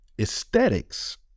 aesthetics